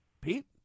Pete